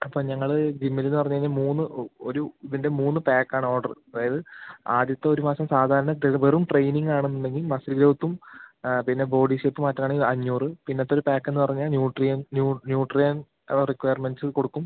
അപ്പം ഞങ്ങൾ ജിമ്മിൽ നിന്ന് പറഞ്ഞ് കഴിഞ്ഞാൽ മൂന്ന് ഒരു ഇതിൻ്റെ മൂന്ന് പാക്ക് ആണ് ഓർഡർ അതായത് ആദ്യത്തെ ഒരു മാസം സാധാരണ ഇതിൽ വെറും ട്രെയിനിംഗ് ആണെന്ന് ഉണ്ടെങ്കിൽ മസിൽ ഗ്രോത്തും പിന്നെ ബോഡി ഷേപ്പ് മാറ്റാൻ ആണെങ്കിൽ അഞ്ഞൂറ് പിന്നത്തൊരു പാക്ക് എന്നു പറഞ്ഞാൽ ന്യൂട്രിയൻ ന്യൂട്രിയൻസ് ആ റിക്വയർമെൻ്സിൽ കൊടുക്കും